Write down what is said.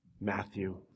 Matthew